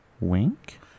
wink